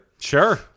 Sure